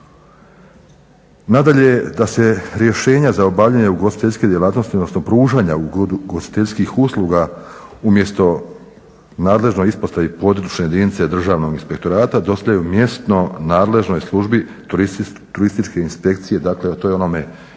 Nadalje, da se rješenja za obavljanje ugostiteljskih djelatnosti odnosno pružanja ugostiteljskih usluga umjesto nadležnoj ispostavi područne jedinice Državnog inspektorata dostavi mjesnoj nadležnoj službi turističke inspekcije, dakle to je onome jednome